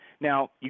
now